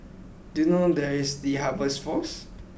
do you know where is The Harvest Force